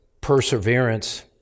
perseverance